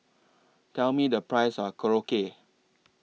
Tell Me The Price of Korokke